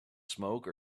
smoke